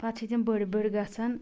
پتہٕ چھِ تِم بٔڑۍ بٔڑۍ گژھان